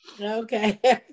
okay